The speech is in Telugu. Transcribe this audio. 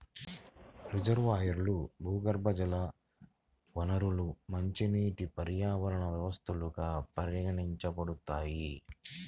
రిజర్వాయర్లు, భూగర్భజల వనరులు మంచినీటి పర్యావరణ వ్యవస్థలుగా పరిగణించబడతాయి